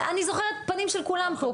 אני זוכרת פנים של כולם פה.